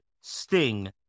Sting